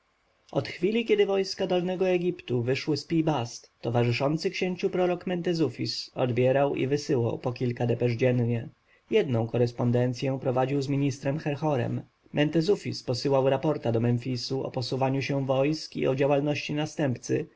od chwili kiedy wojska dolnego egiptu wyszły z pi-bast towarzyszący księciu prorok mentezufis odbierał i wysyłał po kilka depesz dziennie jedną korespondencję prowadził z ministrem herhorem mentezufis posyłał raporta do memfisu o posuwaniu się wojsk i o działalności następcy